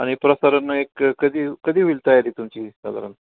आणि प्रसारन एक कधी कधी होईल तयारी तुमची साधारण